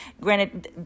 granted